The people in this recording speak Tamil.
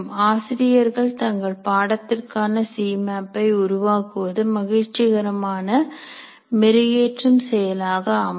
ஆசிரியர்கள் தங்கள் பாடத்திற்கான சிமேப் ஐ உருவாக்குவது மகிழ்ச்சிகரமான மெருகேற்றும் செயலாக அமையும்